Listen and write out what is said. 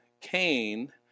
Cain